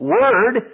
word